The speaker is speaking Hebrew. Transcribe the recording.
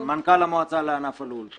אני שמואל לויט, מנכ"ל המועצה לענף הלול.